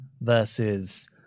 versus